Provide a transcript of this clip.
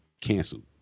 canceled